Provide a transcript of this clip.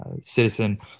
citizen